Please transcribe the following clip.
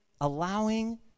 allowing